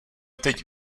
teď